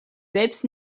selbst